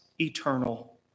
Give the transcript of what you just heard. Eternal